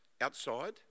outside